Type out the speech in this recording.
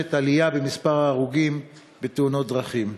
נרשמת עלייה במספר ההרוגים בתאונות דרכים.